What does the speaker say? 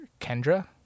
Kendra